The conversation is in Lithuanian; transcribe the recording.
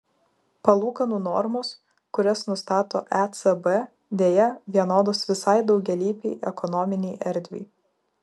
palūkanų normos kurias nustato ecb deja vienodos visai daugialypei ekonominei erdvei